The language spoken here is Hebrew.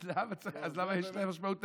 אז למה יש לזה משמעות תקציבית?